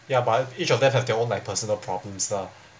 ya but each of them have their own like personal problems lah